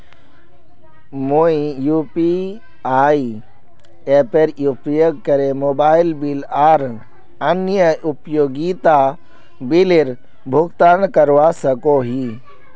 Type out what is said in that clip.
मुई यू.पी.आई एपेर उपयोग करे मोबाइल बिल आर अन्य उपयोगिता बिलेर भुगतान करवा सको ही